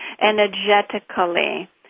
energetically